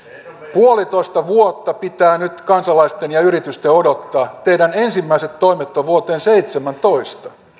puolitoista vuotta pitää nyt kansalaisten ja yritysten odottaa kun teidän ensimmäiset toimenne ovat vuoteen seitsemännentoista